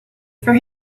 for